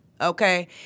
Okay